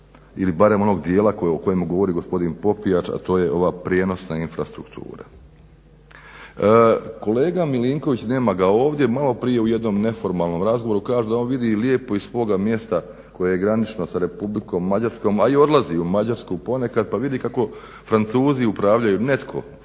ili barem onog dijela o kojem govori gospodin Popijač, a to je ova prijenosna infrastruktura. Kolega Milinković, nema ga ovdje, maloprije u jednom neformalnom razgovoru kaže da on vidi lijepo iz svoga mjesta koje je granično sa Republikom Mađarskom, a i odlazi u Mađarsku ponekad, pa vidi kako Francuzi upravljaju, netko, francuski